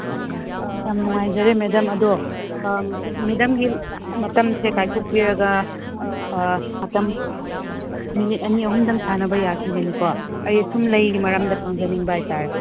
ꯑꯣ ꯌꯥꯝ ꯅꯨꯉꯥꯏꯖ ꯃꯦꯗꯥꯝ ꯑꯗꯣ ꯃꯦꯗꯥꯝꯒꯤ ꯃꯇꯝꯁꯦ ꯀꯥꯏꯊꯣꯛꯄꯤꯔꯒ ꯃꯇꯝ ꯃꯤꯅꯤꯠ ꯑꯅꯤ ꯑꯍꯨꯝꯗꯪ ꯁꯥꯟꯅꯕ ꯌꯥꯈꯤꯒꯅꯤꯀꯣ ꯑꯩ ꯁꯨꯝ ꯂꯩꯒ ꯃꯔꯝꯗ ꯈꯪꯖꯅꯤꯡꯕ ꯍꯥꯏꯕ ꯇꯥꯔꯦ